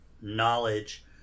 knowledge